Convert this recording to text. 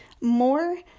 more